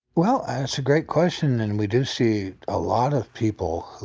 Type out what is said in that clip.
well, that's a great question, and we do see a lot of people